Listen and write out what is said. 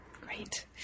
Great